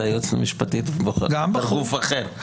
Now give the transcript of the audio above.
את היועצת המשפטית בוחרים בגוף אחר.